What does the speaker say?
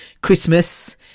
Christmas